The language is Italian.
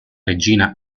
regina